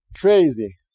Crazy